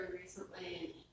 recently